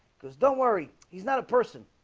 cuz don't worry he's not a person